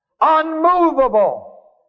unmovable